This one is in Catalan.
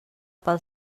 pel